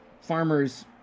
Farmers